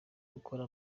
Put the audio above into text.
gukora